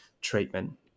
treatment